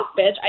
Bitch